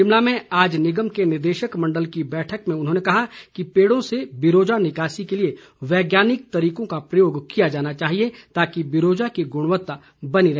शिमला में आज निगम के निदेशक मण्डल की बैठक में उन्होंने कहा कि पेड़ों से बिरोजा निकासी के लिए वैज्ञानिक तरीकों का प्रयोग किया जाना चाहिए ताकि बिरोजा की गृणवत्ता बनी रहे